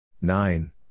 Nine